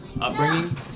upbringing